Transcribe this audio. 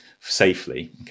safely